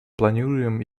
планируем